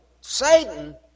Satan